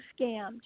scammed